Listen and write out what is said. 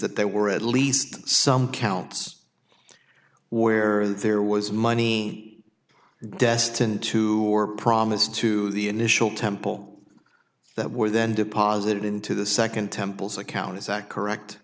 that there were at least some counts where there was money destined to your promise to the initial temple that were then deposited into the second temples account is that correct